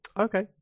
Okay